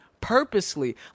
purposely